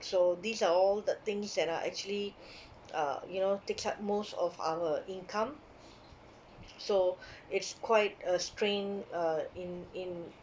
so these are all the things that are actually uh you know takes up most of our income so it's quite a strain uh in in